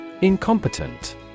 Incompetent